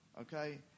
Okay